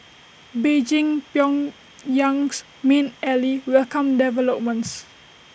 Beijing Pyongyang's main ally welcomed developments